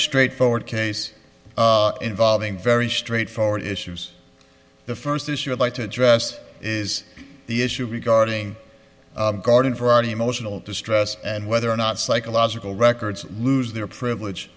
straightforward case involving very straightforward issues the first issue i'd like to address is the issue regarding garden variety emotional distress and whether or not psychological records lose their privilege